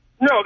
No